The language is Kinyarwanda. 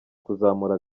kuzamura